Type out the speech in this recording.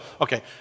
okay